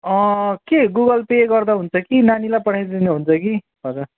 अँ के Google pay गर्दा हुन्छ कि नानीलाई पठाइदिँदा हुन्छ कि हजुर